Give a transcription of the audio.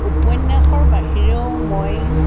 উপন্যাসৰ বাহিৰেও মই